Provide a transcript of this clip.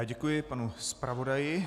Děkuji panu zpravodaji.